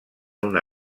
una